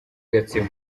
gatsibo